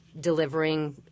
delivering